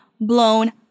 blown